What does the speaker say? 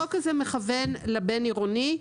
החוק הזה מכוון לבין-עירוני.